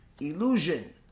illusion